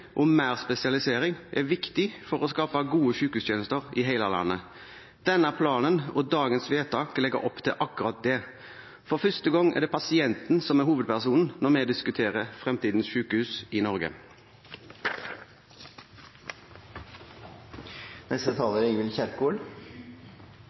og mer spesialisering er viktig for å skape gode sykehustjenester i hele landet. Denne planen og dagens vedtak legger opp til akkurat det. For første gang er det pasienten som er hovedpersonen når vi diskuterer fremtidens sykehus i